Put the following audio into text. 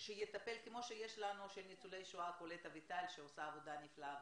אני רוצה לשאול אתכם שאלה,